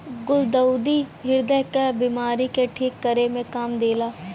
गुलदाउदी ह्रदय क बिमारी के ठीक करे में काम देला